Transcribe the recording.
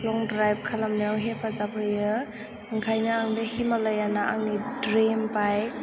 लं drive खालामनायाव हेफाजाब होयो ओंखायनो आं बे हिमालयाना आंनि द्रिम बाइक